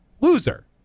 loser